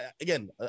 again